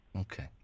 Okay